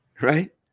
Right